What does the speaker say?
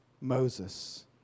Moses